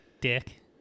Dick